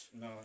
No